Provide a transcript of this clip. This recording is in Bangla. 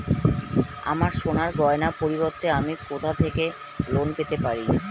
আমার সোনার গয়নার পরিবর্তে আমি কোথা থেকে লোন পেতে পারি?